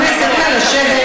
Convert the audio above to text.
נא לשבת.